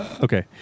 okay